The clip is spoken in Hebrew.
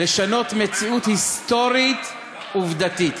לשנות מציאות היסטורית עובדתית.